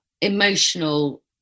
emotional